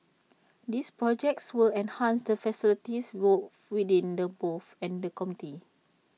these projects will enhance the facilities wolf within the both and the community